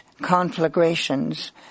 conflagrations